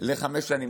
לחמש שנים.